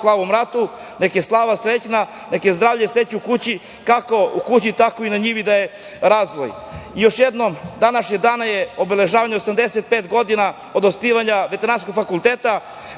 slavu Mratu, neka je slava srećna, neka je zdravlje i sreća u kući, kako u kući tako i na njivi, da je razvoj. Još jednom, na današnji dan je obeležavanje 85 godina od osnivanja Veterinarskog fakulteta.